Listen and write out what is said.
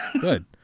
good